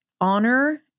honor